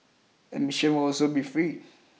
admission will also be free